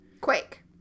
Quake